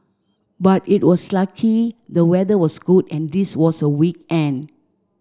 but it was lucky the weather was good and this was a weekend